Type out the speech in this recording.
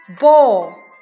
ball